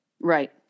Right